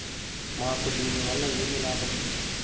మాకు దీనివల్ల ఏమి లాభం